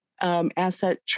Asset